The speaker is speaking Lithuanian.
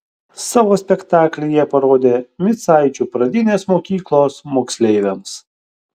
savo spektaklį jie parodė micaičių pradinės mokyklos moksleiviams